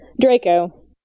Draco